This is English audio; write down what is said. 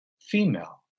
female